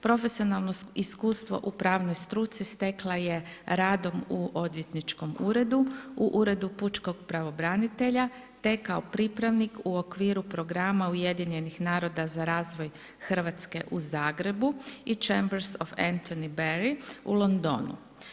Profesionalno iskustvo u pravnoj struci stekla je radom u odvjetničkom uredu, u uredu pučkog pravobranitelja te kao pripravnik u okviru programa Ujedinjenih naroda za razvoj Hrvatske u Zagrebu i Chambers of Anthony Berry u Londonu.